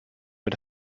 mit